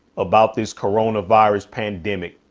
about this corona virus pandemic,